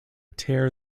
tear